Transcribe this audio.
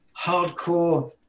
hardcore